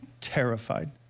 Terrified